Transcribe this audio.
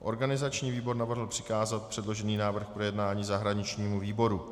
Organizační výbor navrhl přikázat předložený návrh k projednání zahraničnímu výboru.